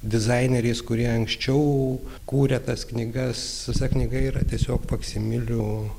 dizaineriais kurie anksčiau kūrė tas knygas visa knyga yra tiesiog faksimilių